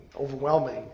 overwhelming